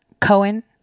Cohen